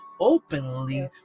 Openly